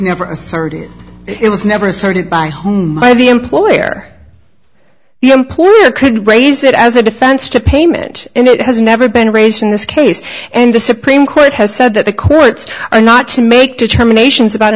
asserted it was never asserted by home by the employer the employer could raise it as a defense to payment and it has never been raised in this case and the supreme court has said that the courts are not to make determinations about